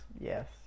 Yes